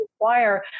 require